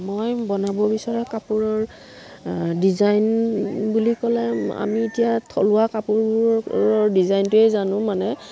মই বনাব বিচৰা কাপোৰৰ ডিজাইন বুলি ক'লে আমি এতিয়া থলুৱা কাপোৰবোৰৰ ডিজাইনটোৱেই জানো মানে